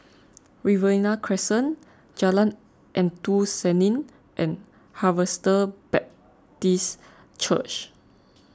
Riverina Crescent Jalan Endut Senin and Harvester Baptist Church